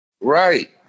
Right